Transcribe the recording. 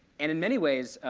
and in many ways,